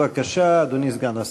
בבקשה, אדוני סגן השר.